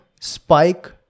spike